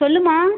சொல்லும்மா